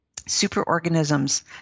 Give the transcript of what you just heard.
superorganisms